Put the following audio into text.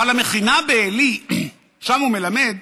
אבל המכינה בעלי, ששם הוא מלמד,